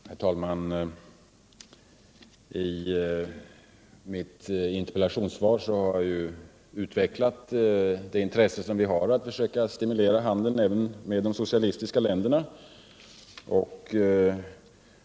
Herr talman! I mitt interpellationssvar har jag utvecklat det intresse som vi har av att försöka stimulera handeln med de socialistiska länderna.